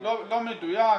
לא מדויק.